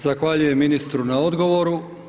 Zahvaljujem ministru na odgovoru.